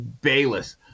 Bayless